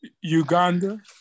Uganda